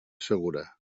segura